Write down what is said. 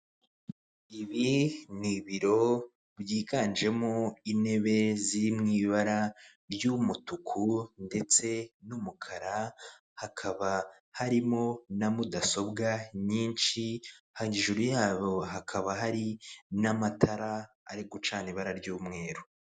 Ibi ni ibiro byiganjemo intebe ziri mu ibara ry'umutuku ndetse n'umukara, hakaba harimo na mudasobwa nyinshi, hejuru yayo hakaba hari n'amatara ari gucana ibara ry'umweru.